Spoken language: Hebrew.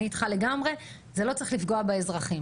אני איתך לגמרי - זה לא צריך לפגוע באזרחים.